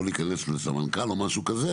לא להיכנס לסמנכ"ל או משהו כזה.